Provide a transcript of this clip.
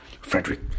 Frederick